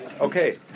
Okay